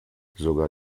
sogar